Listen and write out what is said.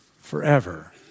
forever